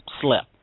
slept